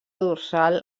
dorsal